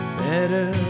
better